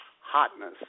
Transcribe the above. hotness